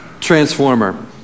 Transformer